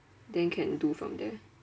then can do from there